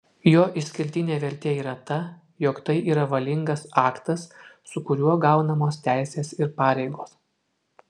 jo išskirtinė vertė yra ta jog tai yra valingas aktas su kuriuo gaunamos teisės ir pareigos